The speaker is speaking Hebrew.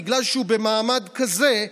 בגלל שהוא במעמד כזה,